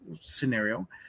scenario